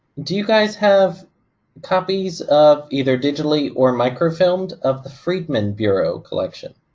do you guys have copies of either digitally or microfilmed of the freedmen bureau collection?